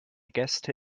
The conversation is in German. gäste